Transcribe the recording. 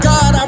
God